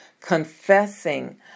confessing